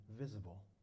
visible